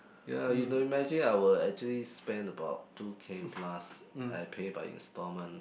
ya you've to imagine I will actually spend about two K plus I pay by installment